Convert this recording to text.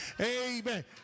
amen